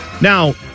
Now